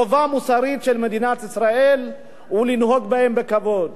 החובה המוסרית של מדינת ישראל היא לנהוג בהם בכבוד,